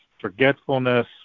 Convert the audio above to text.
forgetfulness